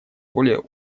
более